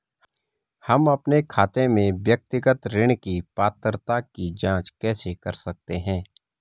हम अपने खाते में व्यक्तिगत ऋण की पात्रता की जांच कैसे कर सकते हैं?